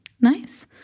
Nice